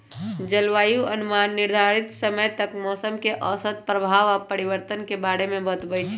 जलवायु अनुमान निर्धारित समय तक मौसम के औसत प्रभाव आऽ परिवर्तन के बारे में बतबइ छइ